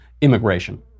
immigration